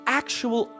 actual